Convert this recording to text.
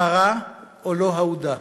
מרה או לא אהודה.